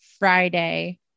Friday